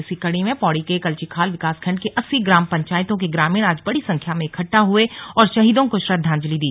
इसी कड़ी में पौड़ी के कल्जीखाल विकासखण्ड की अस्सी ग्राम पंचायतों के ग्रामीण आज बड़ी संख्या में इकट्ठा हुए और शहीदों को श्रद्वांजलि दी